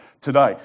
today